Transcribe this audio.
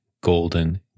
golden